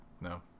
No